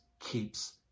keeps